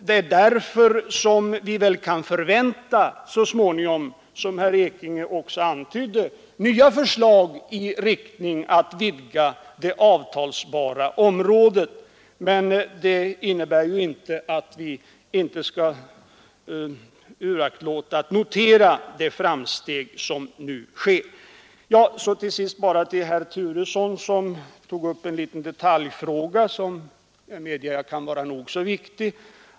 Det är därför som vi, vilket herr Ekinge också antydde, så småningom förmodligen kan förvänta nya förslag i riktning mot en vidgning av det avtalsbara området. Till sist bara några ord till herr Turesson, som tog upp en liten detaljfråga, som jag medger kan vara nog så viktig.